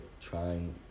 trying